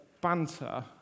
banter